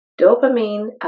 dopamine